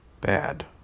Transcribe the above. bad